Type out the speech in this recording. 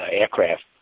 aircraft